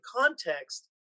context